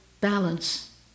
balance